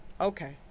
Okay